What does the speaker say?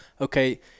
Okay